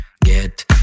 get